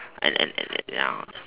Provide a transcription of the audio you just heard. and and and ya